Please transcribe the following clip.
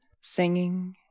singing